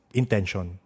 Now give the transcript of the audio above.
intention